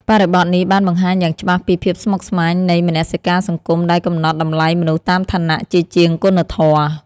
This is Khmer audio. បរិបទនេះបានបង្ហាញយ៉ាងច្បាស់ពីភាពស្មុគស្មាញនៃមនសិការសង្គមដែលកំណត់តម្លៃមនុស្សតាមឋានៈជាជាងគុណធម៌។